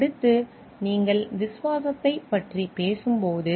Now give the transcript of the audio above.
அடுத்து நீங்கள் விசுவாசத்தைப் பற்றி பேசும்போது